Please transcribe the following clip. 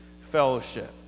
fellowship